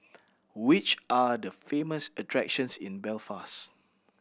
which are the famous attractions in Belfast